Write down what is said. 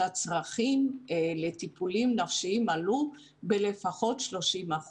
שהצרכים לטיפולים נפשיים עלו בלפחות 30%,